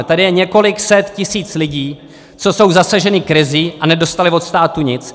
Tady je několik set tisíc lidí, co jsou zasaženi krizí, a nedostali od státu nic.